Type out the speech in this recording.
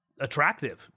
attractive